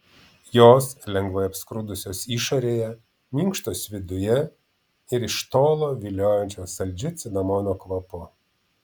jos lengvai apskrudusios išorėje minkštos viduje ir iš tolo viliojančios saldžiu cinamono kvapu